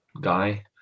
guy